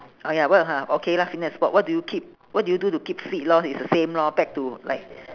orh ya what ha okay lah fitness and sport what do you keep what do you do to keep fit lor is the same lor back to like